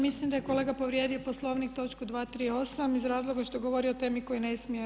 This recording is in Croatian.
Mislim da je kolega povrijedio Poslovnik, točku 238 iz razloga što govori o temi o kojoj ne smije.